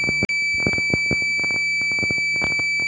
बैगन के फुल मे कीड़ा लगल है तो कौन कीटनाशक के प्रयोग करि?